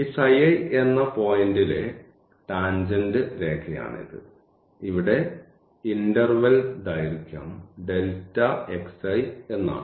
ഈ എന്ന പോയിന്റിലെ ടാൻജെന്റ് രേഖയാണിത് ഇവിടെ ഇൻറർവെല് ദൈർഘ്യം എന്നാണ്